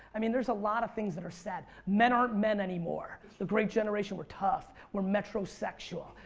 i mean there's a lot of things that are sad. men aren't men anymore. the great generation we're tough. we're metrosexual.